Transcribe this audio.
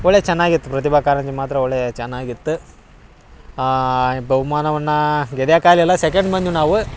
ಒಳ್ಳೆಯ ಚೆನ್ನಾಗಿತ್ತು ಪ್ರತಿಭಾ ಕಾರಂಜಿ ಮಾತ್ರ ಒಳ್ಳೆಯ ಚೆನ್ನಾಗಿತ್ತು ಬಹುಮಾನವನ್ನ ಗೆದಿಯಾಕೆ ಆಗಲಿಲ್ಲ ಸೆಕೆಂಡ್ ಬಂದ್ವಿ ನಾವು